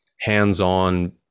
hands-on